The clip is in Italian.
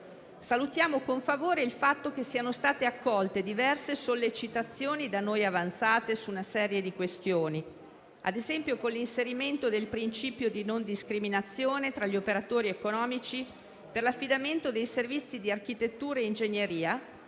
Salutiamo con favore il fatto che siano state accolte diverse sollecitazioni da noi avanzate su una serie di questioni: ad esempio, con l'inserimento del principio di non discriminazione tra gli operatori economici per l'affidamento dei servizi di architettura e ingegneria,